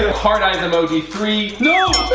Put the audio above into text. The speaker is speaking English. heart eyes emoji three. no!